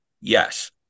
Yes